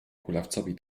kulawcowi